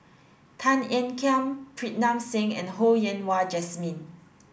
Tan Ean Kiam Pritam Singh and Ho Yen Wah Jesmine